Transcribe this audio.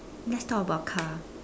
let's talk about car